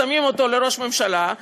שמים אותו כראש ממשלה,